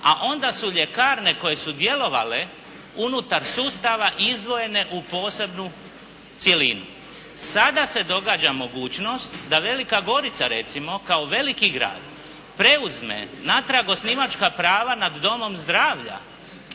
a onda su ljekarne koje su djelovale unutar sustava izdvojene u posebnu cjelinu. Sada se događa mogućnost da Velika Gorica, recimo, kao veliki grad preuzme natrag osnivačka prava nad domom zdravlja